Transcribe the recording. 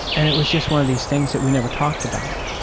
and it was just one of these things that we never talked about,